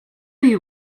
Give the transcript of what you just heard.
you